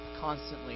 constantly